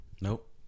Nope